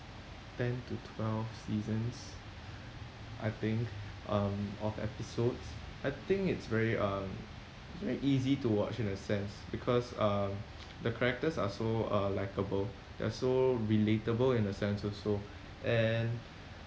ten to twelve seasons I think um of episodes I think it's very um it's very easy to watch in a sense because uh the characters are so uh likeable they're so relatable in a sense also and